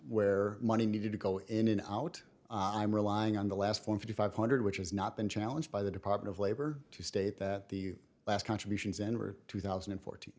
where money needed to go in and out i'm relying on the last four to five hundred which has not been challenged by the department of labor to state that the last contributions in were two thousand and fourt